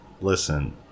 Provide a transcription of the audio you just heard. listen